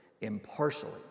impartially